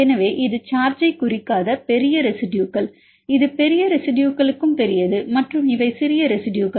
எனவே இது சார்ஜ்ஐ குறிக்காத பெரிய ரெசிடுயுகள் இது பெரிய ரெசிடுயுகளுக்கு பெரியது மற்றும் இவை சிறிய ரெசிடுயுகள்